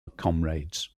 comrades